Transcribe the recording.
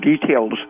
details